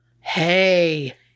Hey